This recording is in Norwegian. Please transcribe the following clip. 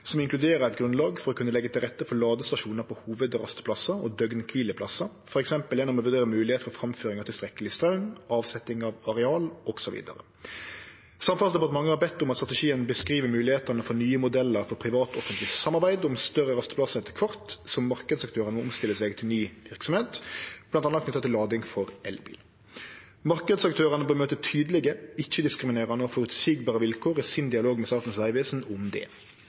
som inkluderer eit grunnlag for å kunne leggje til rette for ladestasjonar på hovudrasteplassar og døgnkvileplassar, f.eks. gjennom å vurdere moglegheit for framføring av tilstrekkeleg straum, avsetjing av areal, osv. Samferdselsdepartementet har bede om at strategien beskriv moglegheitene for nye modellar for privat-offentleg samarbeid om større rasteplassar etter kvart som marknadsaktørane omstiller seg til ny verksemd, bl.a. knytt til lading for elbil. Marknadsaktørane bør møte tydelege, ikkje-diskriminerande og føreseielege vilkår i dialogen dei har med Statens vegvesen om det.